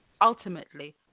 ultimately